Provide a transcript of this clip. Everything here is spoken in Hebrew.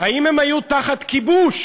האם הם היו תחת כיבוש?